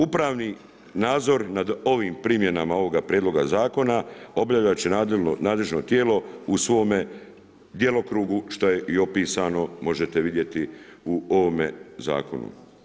Upravni nadzor nad ovim primjenama ovoga prijedloga zakona, obavljati će nadležno tijelo u svome djelokrugu što je i opisano, možete vidjeti u ovome zakonu.